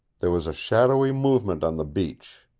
there was a shadowy movement on the beach.